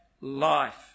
life